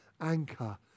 anchor